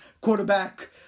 quarterback